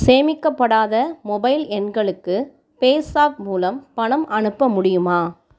சேமிக்கப்படாத mobile எண்களுக்கு பேஸாப் மூலம் பணம் அனுப்ப முடியுமா